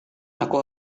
aku